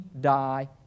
die